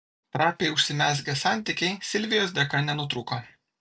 trapiai užsimezgę santykiai silvijos dėka nenutrūko